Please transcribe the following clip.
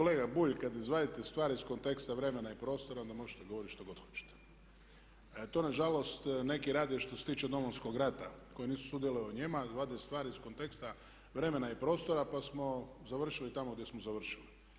Kolega Bulj kad izvadite stvari iz konteksta vremena i prostora onda možete govoriti što god hoćete. to na žalost neki rade što se tiče Domovinskog rata koji nisu sudjelovali u njima, vade stvari iz konteksta vremena i prostora pa smo završili tamo gdje smo završili.